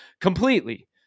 completely